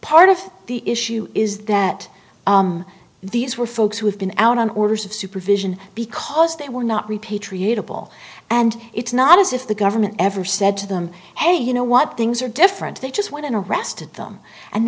part of the issue is that these were folks who have been out on orders of supervision because they were not repatriated ball and it's not as if the government ever said to them and you know what things are different they just went and arrested them and